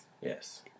Yes